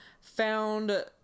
found